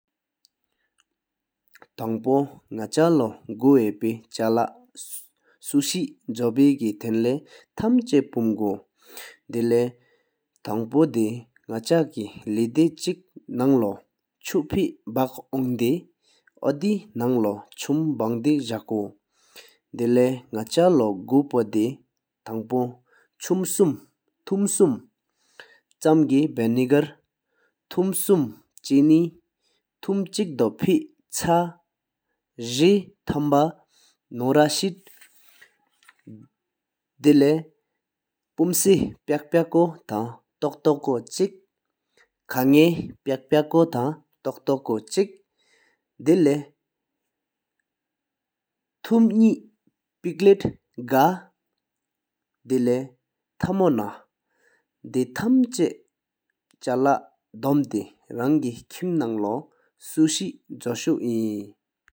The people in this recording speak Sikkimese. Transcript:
ཐང་པོ་ནག་ཆ་ལོ་གོ་ཧེ་པེ་ཆ་ལ་སུ་ཞི་ཇོ་ཕེ་ཐེན་ལེ་ཐམ་ཆ་པོམ་གོ། ཐེ་ལྷེ་ཐང་པོ་དེ་ནག་ཆ་པེ་ེ་གེ་ལྡེ་ཆེེཁ་ནང་ལོ་བཅོ་ཕེ་བ་ཧོང་དེ་འོ་དེ་ནང་ལོ་བཅུམ་འབོང་དེ་ཟ་ཀུ། ཐེ་ལེ་ན་ཆ་ལྷོ་གོ་པོ་དེ་ཐང་པོ་ཐོམ་བཅུམ་གེ་བོ་ཐོམ་བཅུ་ཅན་དེ་ཐོམ་ཆེཻག་རྡོ་ཕེ་ཁྲ་འཛིན་པ་ནོ་རི་ཉེ་ཟ་པ། ཐེ་ལེ་ཕུའམ་སི་ཕཀ་ཕཀ་ཀོ་ཐང་ཐོཀ་ཐོཀ་ཀོ་ཆོང་ང་བཅོད་བམ་རྩེ་ཕཀ་ཕཀ་ཀོ་ཐང་ཐོཀ་ཐོཀ་ཀོ་ཆོང་ང་བཅོད། ཐེ་ལེ་ཐོམ་ནེ་ང་དོཝ་ཆེ། ཐེ་ལེ་ཐ་མོ་ན་བེ་ཐམ་ལོ་ན་དྲོ་རང་ཀེ་ཁིམ་ནང་ལོ་སི་དྲོ་སུ་བཞིན།